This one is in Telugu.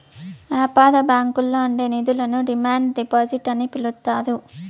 యాపార బ్యాంకుల్లో ఉండే నిధులను డిమాండ్ డిపాజిట్ అని పిలుత్తారు